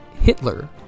Hitler